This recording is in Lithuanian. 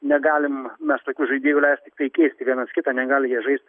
negalim mes tokių žaidėjų leist tiktai keisti vienas kitą negali jie žaist